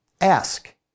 Ask